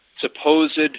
Supposed